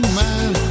man